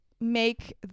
make